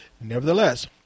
nevertheless